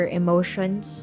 emotions